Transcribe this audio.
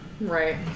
Right